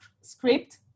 script